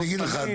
אני אגיד לך,